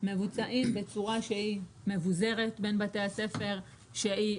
מבוצעים בצורה שהיא מבוזרת בין בתי הספר, שהיא